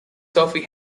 sophie